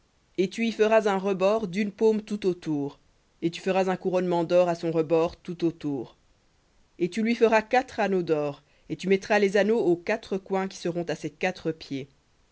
et tu y feras un rebord d'une paume tout autour et tu feras un couronnement d'or à son rebord tout autour et tu lui feras quatre anneaux d'or et tu mettras les anneaux aux quatre coins qui seront à ses quatre pieds